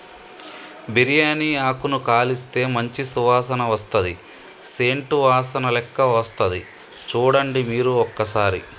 బిరియాని ఆకును కాలిస్తే మంచి సువాసన వస్తది సేంట్ వాసనలేక్క వస్తది చుడండి మీరు ఒక్కసారి